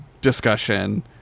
discussion